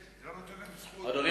לא קיבלתי אותו,